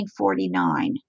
1949